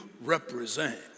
represent